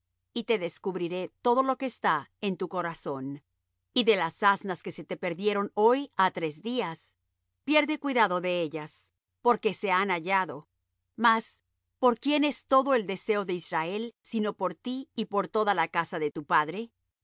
y te descubriré todo lo que está en tu corazón y de las asnas que se te perdieron hoy ha tres días pierde cuidado de ellas porque se han hallado mas por quién es todo el deseo de israel sino por ti y por toda la casa de tu padre